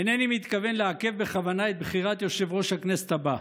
אינני מתכוון לעכב בכוונה את בחירת יושב-ראש הכנסת הבא.